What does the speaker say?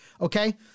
Okay